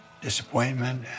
disappointment